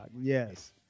Yes